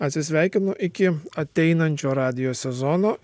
atsisveikinu iki ateinančio radijo sezono